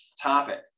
topic